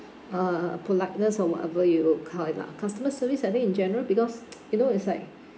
uh uh politeness or whatever you call it lah customer service I think in general because you know it's like